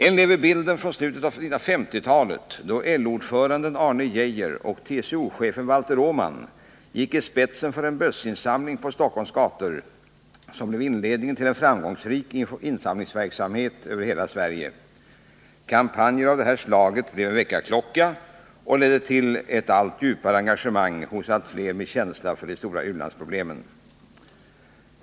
Än lever bilden från slutet av 1950-talet, då LO-ordföranden Arne Geijer och TCO-chefen Valter Åman gick i spetsen för en bössinsamling på Stockholms gator som blev inledningen till en framgångsrik insamlingsverksamhet över hela Sverige. Kampanjer av detta slag blev en väckarklocka och ledde till ett allt djupare engagemang hos allt fler med känsla för de stora u-landsproblemen.